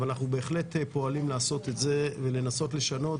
אבל אנחנו בהחלט פועלים לעשות את זה ולנסות לשנות